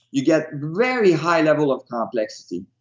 you get very high level of complexity,